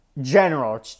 general